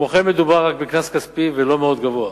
כמו כן, מדובר רק בקנס כספי, ולא מאוד גבוה.